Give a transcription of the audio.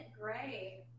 Gray